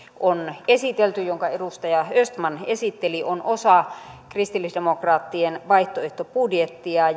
on esitelty ja jonka edustaja östman esitteli on osa kristillisdemokraattien vaihtoehtobudjettia